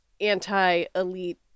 anti-elite